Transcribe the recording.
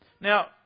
Now